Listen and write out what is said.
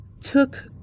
Took